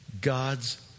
God's